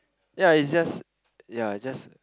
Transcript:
ya it's just ya just